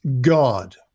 God